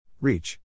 Reach